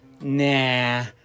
nah